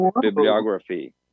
bibliography